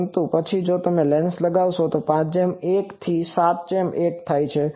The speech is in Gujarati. પરંતુ પછી જો તમે લેન્સ લગાવશો તો તે 5 જેમ 1 થી 7 જેમ 1 થાય છે